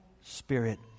Spirit